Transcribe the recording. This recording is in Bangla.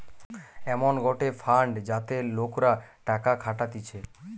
এমন গটে ফান্ড যাতে লোকরা টাকা খাটাতিছে